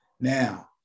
now